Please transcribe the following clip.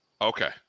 Okay